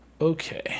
Okay